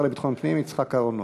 ישיב השר לביטחון פנים יצחק אהרונוביץ.